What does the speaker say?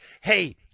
hey